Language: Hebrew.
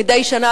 מדי שנה,